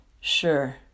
Sure